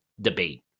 debate